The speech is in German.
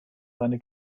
seine